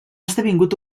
esdevingut